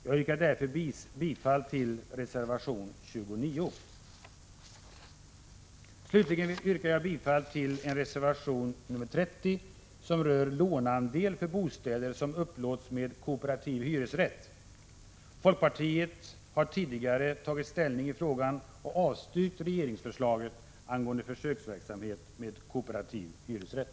Jag yrkar därför bifall till reservation 29. Slutligen yrkar jag bifall till reservation 30, som rör låneandel för bostäder som upplåts med kooperativ hyresrätt. Folkpartiet har tidigare tagit ställning i frågan och avstyrkt regeringsförslaget angående försöksverksamhet med kooperativ hyresrätt.